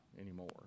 anymore